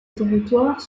territoire